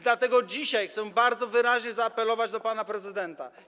Dlatego dzisiaj chcę bardzo wyraźnie zaapelować do pana prezydenta.